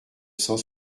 cent